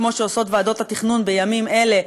כמו שעושות ועדות התכנון בימים אלה,